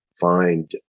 find